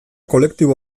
kolektibo